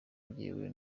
njyewe